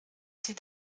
sie